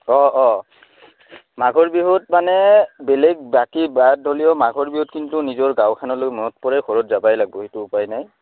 অঁ অঁ মাঘৰ বিহুত মানে বেলেগ বাকী বাদ হ'লিও মাঘৰ বিহুত কিন্তু নিজৰ গাঁওখানলৈ মনত পৰে ঘৰত যাবাই লাগব সেইটো উপায় নাই